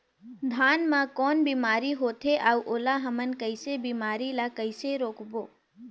धान मा कौन बीमारी होथे अउ ओला हमन कइसे बीमारी ला कइसे रोकबो?